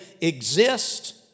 exist